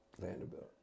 Vanderbilt